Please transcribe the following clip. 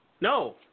No